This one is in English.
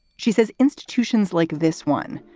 she says institutions like this one,